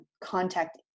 contact